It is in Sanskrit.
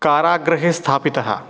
काराग्रहे स्थापितः